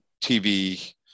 TV